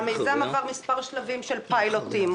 המיזם עבר מספר שלבים של פיילוטים,